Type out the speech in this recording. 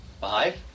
five